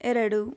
ಎರಡು